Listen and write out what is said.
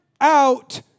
out